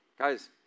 Guys